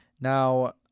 now